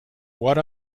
what